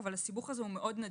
אבל הסיבוך הזה מאוד נדיר.